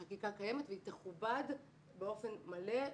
החקיקה קיימת היא תכובד באופן מלא.